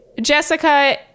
Jessica